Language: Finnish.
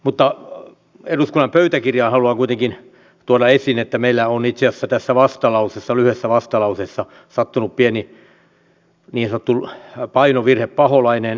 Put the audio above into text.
mutta eduskunnan pöytäkirjaan haluan kuitenkin tuoda esiin että meillä on itse asiassa tässä lyhyessä vastalauseessa sattunut pieni niin sanottu painovirhepaholainen